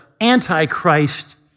Antichrist